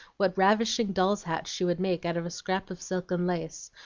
what ravishing doll's hats she would make out of a scrap of silk and lace,